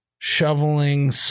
Shoveling